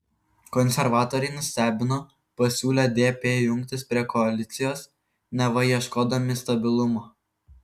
konservatoriai nustebino pasiūlę dp jungtis prie koalicijos neva ieškodami stabilumo